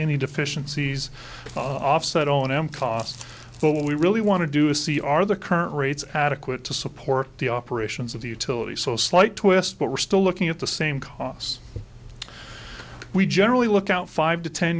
any deficiencies offset on m costs what we really want to do is see are the current rates adequate to support the operations of the utility so slight twist but we're still looking at the same costs we generally look out five to ten